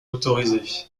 motorisés